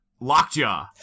Lockjaw